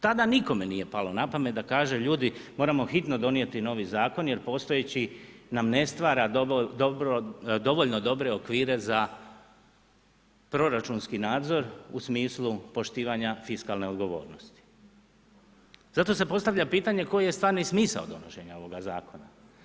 Tada nikome nije palo na pamet, da kažemo ljudi, moramo hitno donijeti novi zakon, jer postojeći nam ne stvara dovoljno dobre okvire za proračunski nadzor u smislu poštivanja fiskalne odgovornosti, zato se postavlja pitanje, koji je stvarni smisao donošenje ovoga zakona.